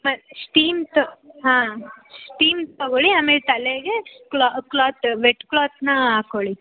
ಮತ್ತೆ ಸ್ಟೀಮ್ ತಗೊ ಹಾಂ ಸ್ಟೀಮ್ ತಗೊಳ್ಳಿ ಆಮೇಲೆ ತಲೆಗೆ ಕ್ಲೋತ್ ವೆಟ್ ಕ್ಲೋತನ್ನ ಹಾಕೊಳಿ